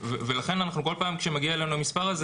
לכן אנחנו כל פעם כשמגיע אלינו המספר הזה